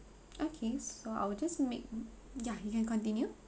okay so I will just make ya you can continue